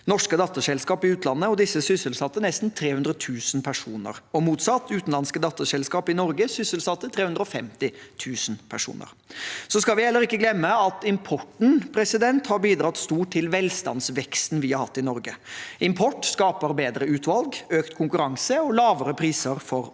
norske datterselskaper i utlandet, og disse sysselsatte nesten 300 000 personer. Og motsatt: Utenlandske datterselskaper i Norge sysselsatte 350 000 personer. Vi skal heller ikke glemme at importen har bidratt stort til velstandsveksten vi har hatt i Norge. Import skaper bedre utvalg, økt konkurranse og lavere priser for oss alle.